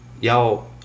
y'all